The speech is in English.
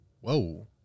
Whoa